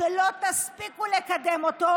לא תספיקו לקדם אותו,